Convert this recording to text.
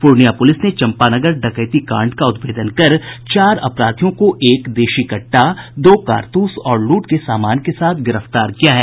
Purnia police ने चंपानगर डकैती कांड का उदभेदन कर चार अपराधियों को एक देशी कट्टा दो कारतूस और लूट के सामान के साथ गिरफ्तार किया है